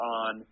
on